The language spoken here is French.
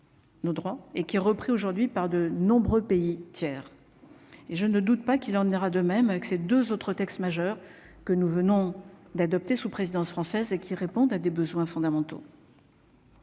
nos droits et qui repris aujourd'hui par de nombreux pays tiers et je ne doute pas qu'il en ira de même avec ses 2 autres textes majeurs que nous venons d'adopter, sous présidence française et qui répondent à des besoins fondamentaux.